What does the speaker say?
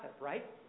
right